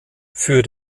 für